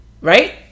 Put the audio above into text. Right